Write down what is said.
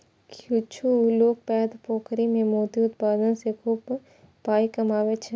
किछु लोक पैघ पोखरि मे मोती उत्पादन सं खूब पाइ कमबै छै